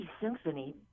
Symphony